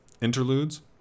interludes